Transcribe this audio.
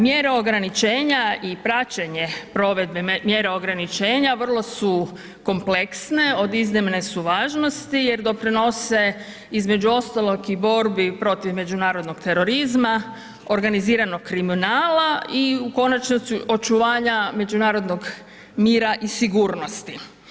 Mjere ograničenja i praćenje provedbe mjere ograničenja vrlo su kompleksne, od iznimne su važnosti jer doprinose između ostalo i borbi protiv međunarodnog terorizma, organiziranog kriminala i u konačnici očuvanja međunarodnog mira i sigurnosti.